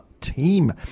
team